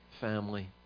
Family